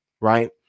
right